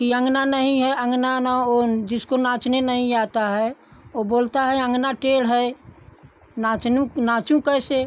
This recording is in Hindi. कि अंगना नहीं है अंगना ना ओन जिसको नाँचने नहीं आता है वो बोलता है अंगना टेढ़ है नाचनू नाचूं कैसे